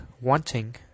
Wanting